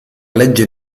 legge